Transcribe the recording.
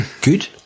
Good